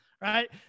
Right